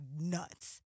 nuts